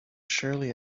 surely